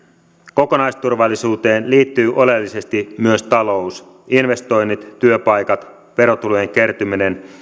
kokonaisturvallisuuteen liittyy oleellisesti myös talous investoinnit työpaikat verotulojen kertyminen